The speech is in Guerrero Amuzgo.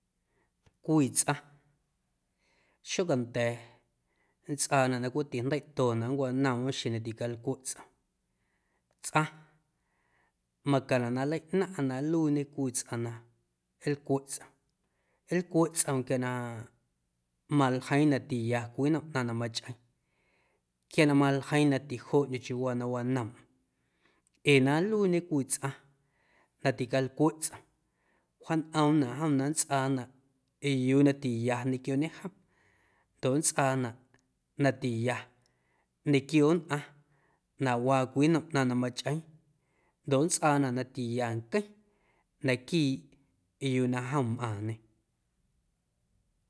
Cwii tsꞌaⁿ xocanda̱a̱ nntsꞌaanaꞌ na cweꞌ tijndeiꞌtonaꞌ nncwanoomꞌm xeⁿ na ticalcweꞌ tsꞌoom tsꞌaⁿ macaⁿnaꞌ na nleiꞌnaⁿꞌaⁿ na nluiiñe cwii tsꞌaⁿ nlcweꞌ tsꞌom, nlcweꞌ tsꞌoom quia na maljeiiⁿ na tiya cwii nnom na machꞌeeⁿ quia na maljeiiⁿ na tijoꞌndyo̱ chiuuwaa na wanoomꞌm ee na nluiiñe cwii tsꞌaⁿ na ticalcweꞌ tsꞌom wjaañꞌoomnaꞌ jom na nntsꞌaanaꞌ yuu na tiya ñequioñe jom ndoꞌ nntsꞌaanaꞌ na tiya ñequio nnꞌaⁿ na waa cwii nnom na machꞌeeⁿ ndoꞌ nntsꞌaanaꞌ na tiya nqueⁿ naquiiꞌ yuu na jom mꞌaaⁿñê.